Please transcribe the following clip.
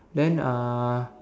then uh